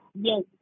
Yes